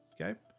Okay